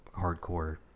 hardcore